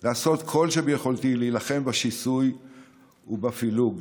לעשות כל שביכולתי להילחם בשיסוי ובפילוג,